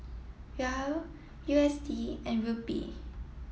Riel U S D and Rupee